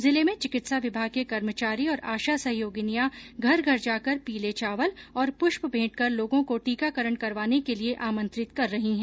जिले में चिकित्सा विभाग के कर्मचारी और आशा सहयोगिनियां घर घर जाकर पीले चावल और प्रष्प भेंट कर लोगों को टीकाकरण करवाने के लिये आमंत्रित कर रही हैं